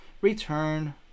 return